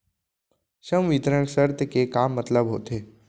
संवितरण शर्त के का मतलब होथे?